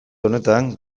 honetan